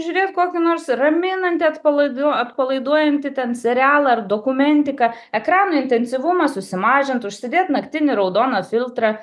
žiūrėt kokį nors raminantį atpalaiduo atpalaiduojantį ten serialą ar dokumentiką ekrano intensyvumą susimažint užsidėt naktinį raudoną filtrą